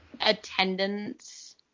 attendance